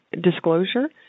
disclosure